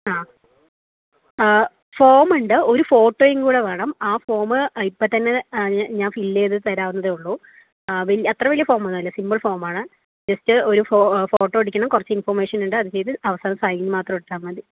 ആ ഫോമുണ്ട് ഒരു ഫോട്ടോയും കൂടെ വേണം ആ ഫോം ഇപ്പോൾത്തന്നെ ഞാൻ ഫില്ല് ചെയ്തു തരാവുന്നതേ ഉളളൂ അത്ര വലിയ ഫോമൊന്നും അല്ല സിംപിൾ ഫോമാണ് ജസ്റ്റ് ഒരു ഫോട്ടോ ഒട്ടിക്കണം കുറച്ച് ഇൻഫർമേഷനുണ്ട് അതുചെയ്തു അവസാനം സൈൻ മാത്രം ഇട്ടാൽ മതി